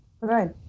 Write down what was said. Right